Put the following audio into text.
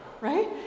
Right